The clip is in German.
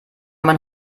man